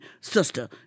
sister